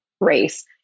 race